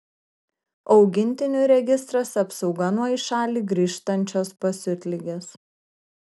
augintinių registras apsauga nuo į šalį grįžtančios pasiutligės